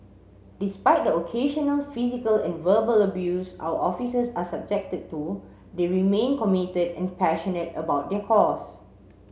despite the occasional physical and verbal abuse our officers are subjected to they remain committed and passionate about their cause